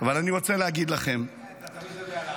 אבל אני רוצה להגיד לכם, אתה תמיד יודע להרים.